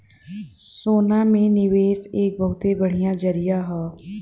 सोना में निवेस एक बहुते बढ़िया जरीया हौ